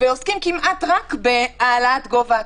ועוסקים כמעט רק בהעלאת גובה הקנסות.